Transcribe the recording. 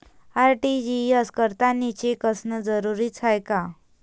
RTGS करतांनी cheque असनं जरुरीच हाय का?